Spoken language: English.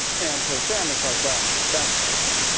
and so sam was like, wow, that's but